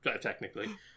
technically